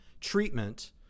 treatment